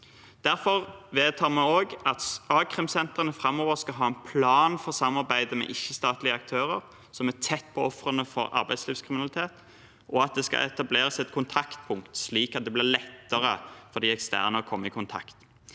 Derfor vedtar vi også at a-krimsentrene framover skal ha en plan for samarbeidet med ikke-statlige aktører som er tett på ofrene for arbeidslivskriminalitet, og at det skal etableres et kontaktpunkt, slik at det blir lettere for de eksterne å komme i kontakt.